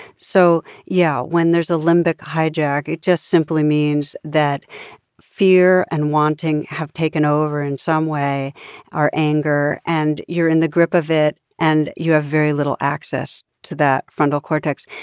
so yeah, when there's a limbic hijack, it just simply means that fear and wanting have taken over in some way or anger and you're in the grip of it. and you have very little access to that frontal cortex.